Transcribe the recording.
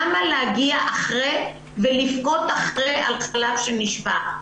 למה להגיע אחרי ולבכות אחרי על חלב שנשפך.